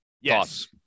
Yes